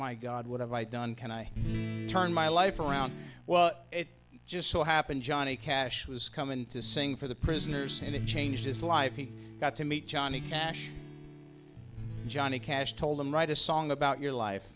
my god what have i done can i turn my life around well it just so happened johnny cash was coming to sing for the prisoners and it changed his life he got to meet johnny cash johnny cash told him write a song about your life